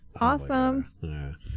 awesome